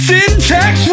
Syntax